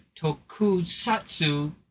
Tokusatsu